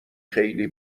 خیلی